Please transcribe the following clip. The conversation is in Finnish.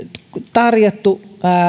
tarjottu